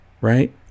right